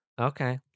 Okay